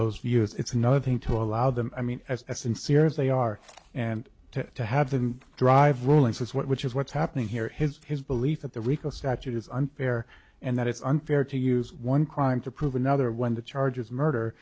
those views it's another thing to allow them i mean as sincere as they are and to to have the drive rolling which is what's happening here his belief that the rico statute is unfair and that it's unfair to use one crime to prove another one the charge of murder